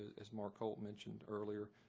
as mark holt mentioned earlier,